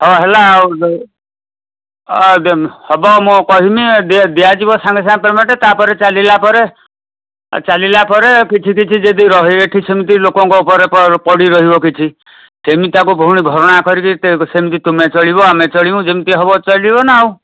ହେଉ ହେଲା ଆଉ ହେବ ମୁଁ କହିବି ଆଉ ଦିଆଯିବ ସାଙ୍ଗେ ସାଙ୍ଗେ ପେମେଣ୍ଟ୍ ତାପରେ ଚାଲିଲା ପରେ ହ ଚାଲିଲା ପରେ କିଛି କିଛି ଯଦି ରୁହେ ଏଇଠି ସେମିତି ଲୋକଙ୍କ ଉପରେ ପଡ଼ି ରହିବ କିଛି ସେମିତି ତାକୁ ପୁଣି ଭରଣା କରିକି ସେମିତି ତୁମେ ଚଳିବ ଆମେ ଚଳିବୁ ଯେମିତି ହେବ ଚାଲିବନା ଆଉ